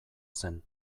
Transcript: zen